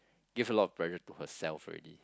give a lot of pressure to herself already